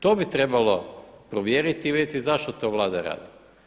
To bi trebalo provjeriti i vidjeti zašto to Vlada radi.